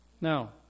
Now